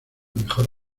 mejor